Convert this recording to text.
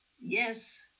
yes